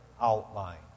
outline